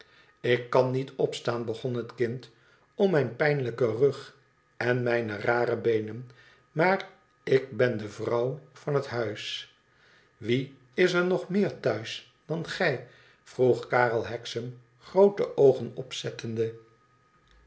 ik kan niet opstaan begon het kind om mijn pijnlijken rug en mijne rare beenen maar ik ben de vrouw van het huis wie is er nog meer thuis dan gij vroeg karel hexam groote oogen opzettende